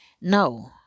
no